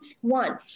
one